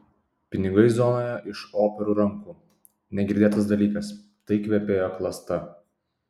pinigai zonoje iš operų rankų negirdėtas dalykas tai kvepėjo klasta